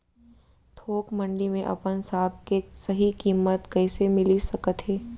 थोक मंडी में अपन साग के सही किम्मत कइसे मिलिस सकत हे?